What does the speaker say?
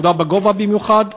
ובעבודה בגובה במיוחד.